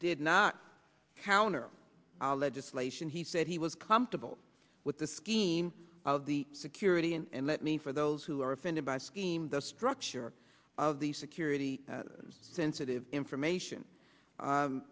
did not counter our legislation he said he was comfortable with the scheme of the security and let me for those who are offended by scheme the structure of the security sensitive information